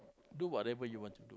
do what ever you want to do